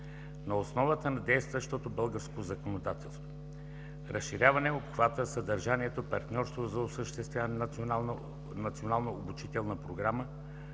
на основата на действащото българско законодателство; - разширяване обхвата, съдържанието и партньорството за осъществяване на Национална обучителна програма,